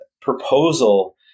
proposal